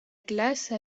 glace